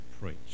preach